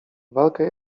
walkę